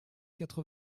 quatre